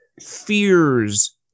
fears